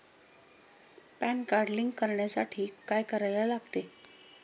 Pan card link करण्यासाठी काय करायला लागते?